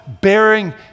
bearing